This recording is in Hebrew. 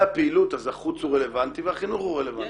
הפעילות אז החוץ הוא רלוונטי והחינוך הוא רלוונטי.